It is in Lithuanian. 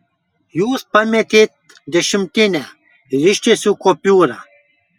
jūs pametėt dešimtinę ir ištiesiau kupiūrą